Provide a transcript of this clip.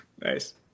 nice